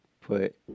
put